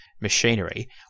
machinery